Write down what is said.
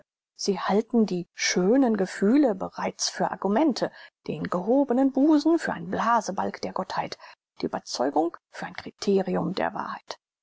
sie halten die schönen gefühle bereits für argumente den gehobenen busen für einen blasebalg der gottheit die überzeugung für ein kriterium der wahrheit